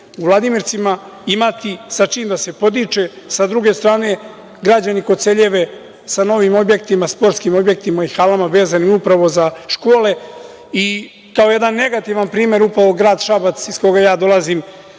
u Vladimircima, imati sa čime da se podiče. Sa druge strane, građani Koceljeve, sa novim objektima, sportskim objektima i halama, vezani upravo za škole, kao jedan negativan primer, upravo grad Šabac, iz koga ja dolazim